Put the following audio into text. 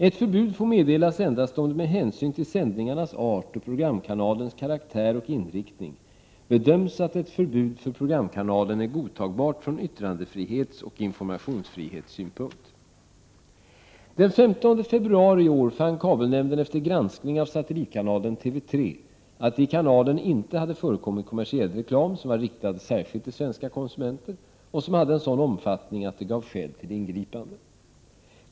Ett förbud får meddelas endast om det med hänsyn till sändningarnas art och programkanalens karaktär och inriktning bedöms att ett förbud för programkanalen är godtagbart från yttrandefrihetsoch informationsfrihetssynpunkt. Den 15 februari 1989 fann kabelnämnden efter granskning av satellitkanalen TV 3 att det i kanalen inte hade förekommit kommersiell reklam, som var riktad särskilt till svenska konsumenter, och som hade en sådan omfattning att det gav skäl till ingripanden.